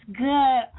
good